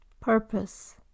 purpose